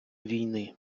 війни